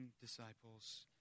disciples